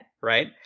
right